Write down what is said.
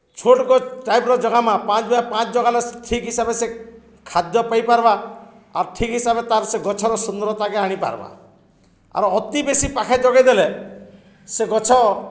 ଛୋଟ୍ ଗଛ୍ ଟାଇପ୍ର ଜଗାମା ପାଞ୍ଚ୍ ବାଏ ପାଞ୍ଚ୍ ଜଗାଲେ ଠିକ୍ ହିସାବେ ସେ ଖାଦ୍ୟ ପାଇପାର୍ବା ଆର୍ ଠିକ୍ ହିସାରେ ତାର୍ ସେ ଗଛ୍ର ସୁନ୍ଦର୍ତାକେ ଆନିପାର୍ବା ଆର୍ ଅତି ବେଶୀ ପାଖେ ଯୋଗେଇଦେଲେ ସେ ଗଛ